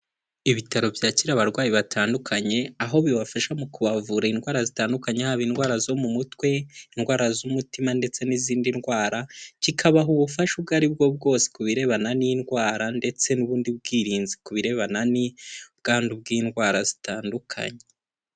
Ibitaro byakira abarwayi batandukanye, aho bibafasha mu kubavura indwara zitandukanye haba indwara zo mu mutwe ,indwara z'umutima, ndetse n'izindi ndwara, kikabaha ubufasha ubwo aribwo bwose ku birebana n'indwara, ndetse n'ubundi bwirinzi ku birebana n' ubwandu bw'indwara zitandukanye.